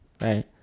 right